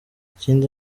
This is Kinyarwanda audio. ikindi